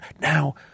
Now